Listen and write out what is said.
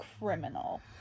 criminal